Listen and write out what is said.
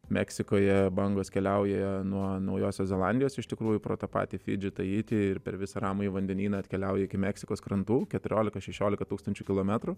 meksikoje bangos keliauja nuo naujosios zelandijos iš tikrųjų pro tą patį fidžį taitį ir per visą ramųjį vandenyną atkeliauja iki meksikos krantų keturiolika šešiolika tūkstančių kilometrų